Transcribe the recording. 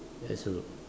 enter~